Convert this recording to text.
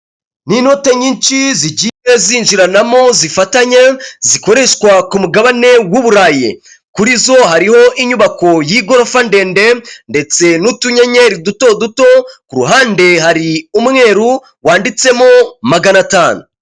Ni inoti nyinshi zigiye zinjiranamo zifatanye, zikoreshwa ku mugabane w’Uburayi, kuri zo hariho inyubako y’igorofa ndende ndetse n’utunyenyeri duto duto, ku ruhande hari umweru wanditsemo magana atanu.